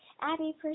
Abby